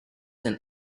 and